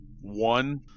One